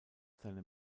seine